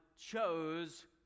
chose